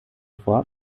vor